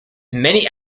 many